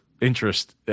interest